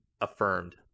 Affirmed